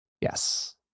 Yes